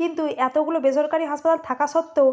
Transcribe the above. কিন্তু এতোগুলো বেসরকারি হাসপাতাল থাকা সত্ত্বেও